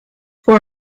for